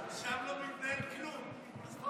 שם לא מתנהל כלום, פה